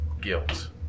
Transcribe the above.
guilt